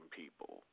people